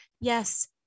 Yes